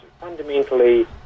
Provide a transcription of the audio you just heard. fundamentally